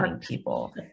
people